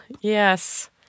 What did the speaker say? yes